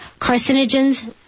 carcinogens